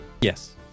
Yes